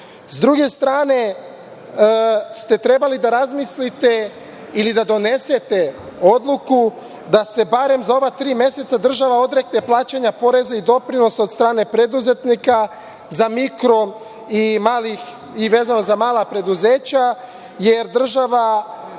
S druge strane, trebali ste da razmislite ili da donesete odluku da se barem za ova tri meseca država odrekne plaćanja poreza i doprinosa od strane preduzetnika za mikro i vezano za mala preduzeća, jer država